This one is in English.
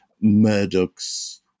Murdoch's